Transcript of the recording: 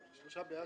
נמנעים,